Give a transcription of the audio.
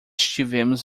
tivemos